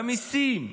במיסים,